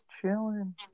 chilling